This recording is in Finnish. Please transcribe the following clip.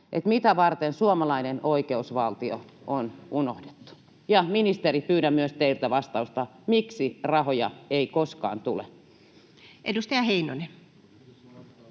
mitä varten suomalainen oikeusvaltio on unohdettu? Ministeri, pyydän myös teiltä vastausta. Miksi rahoja ei koskaan tule? [Speech